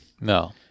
No